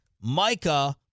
Micah